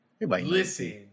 Listen